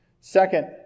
Second